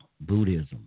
Buddhism